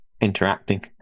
interacting